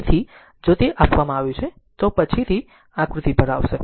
તેથી જો તે આપવામાં આવ્યું છે તો પછીથી આકૃતિ પર આવશે